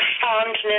fondness